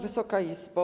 Wysoka Izbo!